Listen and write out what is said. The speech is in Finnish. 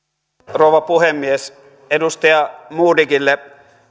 rouva puhemies edustaja modigille